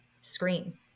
screen